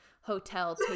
hotel